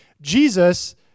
Jesus